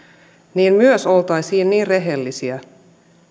myös oltaisiin niin rehellisiä